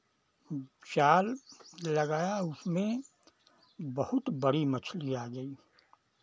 जाल लगाया उसमें बहुत बड़ी मछली आ गयी